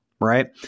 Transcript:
right